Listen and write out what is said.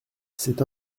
c’est